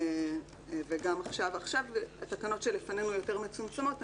עכשיו התקנות שלפנינו יותר מצומצמות,